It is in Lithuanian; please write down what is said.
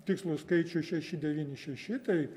tikslų skaičių šeši devyni šeši tai